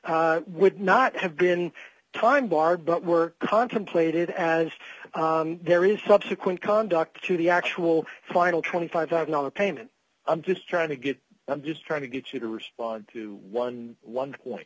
which would not have been time barred but were contemplated as there is subsequent conduct to the actual final twenty five thousand on a payment i'm just trying to get i'm just trying to get you to respond to eleven point